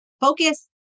Focus